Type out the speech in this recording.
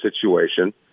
situation